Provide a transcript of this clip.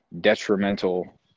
detrimental